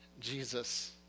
Jesus